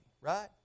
right